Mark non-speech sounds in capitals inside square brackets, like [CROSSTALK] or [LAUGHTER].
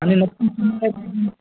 आणि नक्की [UNINTELLIGIBLE]